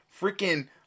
freaking